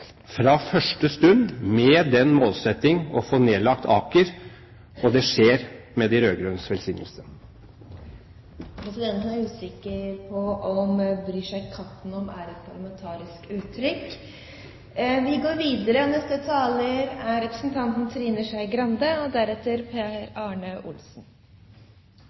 fra første stund med den målsetting å få nedlagt Aker, og det skjer med de rød-grønnes velsignelse. Presidenten er usikker på om «bryr seg katten om» er et parlamentarisk uttrykk. Dette er mer enn en stemmeforklaring. Venstre ønsker å stemme for Kristelig Folkeparti og